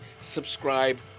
subscribe